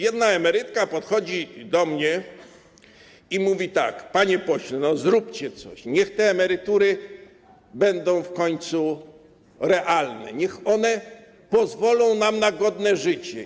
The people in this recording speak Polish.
Otóż pewna emerytka podchodzi od mnie i mówi tak: Panie pośle, zróbcie coś, niech emerytury będą w końcu realne, niech one pozwolą nam na godne życie.